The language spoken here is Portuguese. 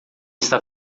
está